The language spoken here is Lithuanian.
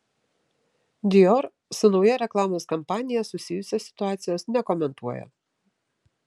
dior su nauja reklamos kampanija susijusios situacijos nekomentuoja